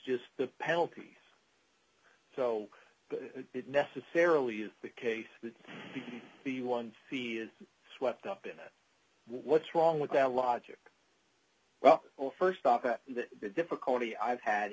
just the penalties so it necessarily is the case that the one c is swept up in it what's wrong with that logic well st off the difficulty i've had